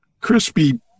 crispy